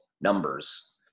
numbers